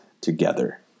together